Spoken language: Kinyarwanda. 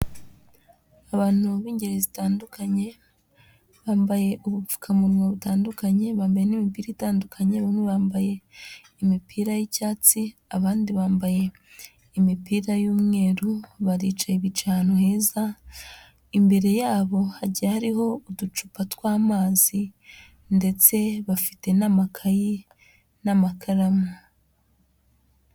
Abantu b'ingeri zitandukanye bambaye ubupfukamunwa butandukanye, bamenya'imipira itandukanye, bamwe bambaye imipira y'icyatsi, abandi bambaye imipira y'umweru, baricaye bicaye ahantu heza, imbere yabo hagiye hariho uducupa tw'amazi ndetse bafite n'amakayi n'amakaramu.